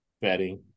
betting